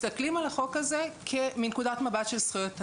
מסתכלים על החוק הזה מנקודת מבט של זכויות אדם.